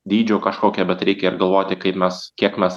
dydžio kažkokio bet reikia ir galvoti kaip mes kiek mes